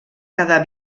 quedar